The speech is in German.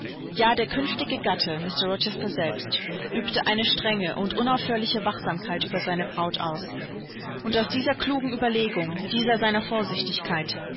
ja der künftige gatte mr rochester selbst übte eine strenge und unaufhörliche wachsamkeit über seine braut aus und aus dieser klugen überlegung dieser seiner vorsichtigkeit